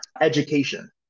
education